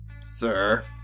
Sir